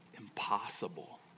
impossible